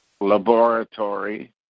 laboratory